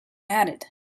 added